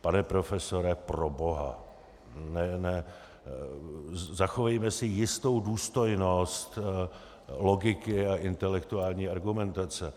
Pane profesore, proboha, zachovejme si jistou důstojnost logiky a intelektuální argumentace.